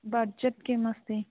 budget किम् अस्ति